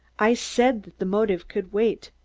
i said that the motive could wait.